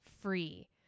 free